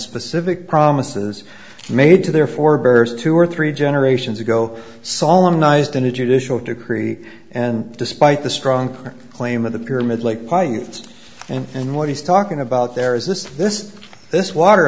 specific promises made to their forebears two or three generations ago solemn nies than a judicial to create and despite the strong claim of the pyramid like client and what he's talking about there is this this this water